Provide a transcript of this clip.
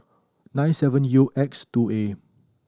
nine seven U X two A